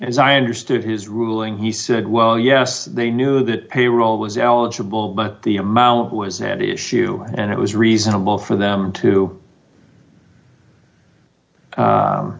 as i understood his ruling he said well yes they knew the pay roll was eligible the amount was an issue and it was reasonable for them to